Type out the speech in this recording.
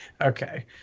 Okay